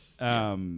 Yes